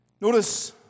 Notice